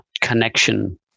connection